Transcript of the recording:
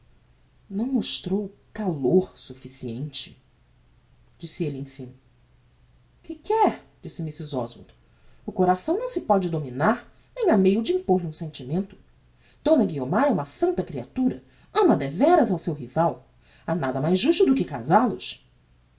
não mostrou calor sufficiente disse elle emfim que quer disse mrs oswald o coração não se pode dominar nem ha meio de impor-lhe um sentimento d guiomar é uma santa creatura ama devéras ao seu rival ha nada mais justo do que casa los